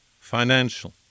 financial